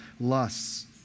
lusts